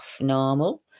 normal